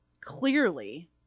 Clearly